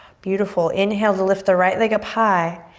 beautiful. inhale to lift the right leg up high.